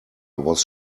was